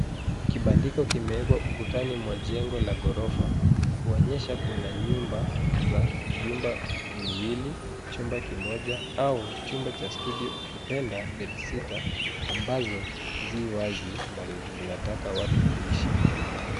Kibandiko kimewekwa ukutani mwa jengo la ghorofa kuonyesha kuna nyumba za vyumba viwili, chumba kimoja au chumba cha studio ukipenda bedsitter ambazo zi wazi na zinataka watu kuishi.